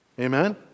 Amen